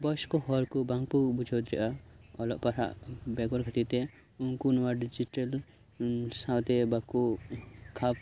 ᱵᱚᱭᱮᱥ ᱠᱚ ᱦᱚᱲ ᱠᱚ ᱵᱟᱝᱠᱚ ᱵᱩᱡᱷᱟᱹᱣ ᱫᱟᱲᱮᱭᱟᱜᱼᱟ ᱚᱞᱚᱜ ᱯᱟᱲᱦᱟᱜ ᱵᱮᱜᱚᱨ ᱠᱷᱟᱛᱤᱨ ᱛᱮ ᱩᱝᱠᱩ ᱱᱚᱶᱟ ᱰᱤᱡᱤᱴᱮᱞ ᱥᱟᱶᱛᱮ ᱵᱟᱠᱚ ᱠᱷᱟᱯ